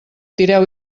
tireu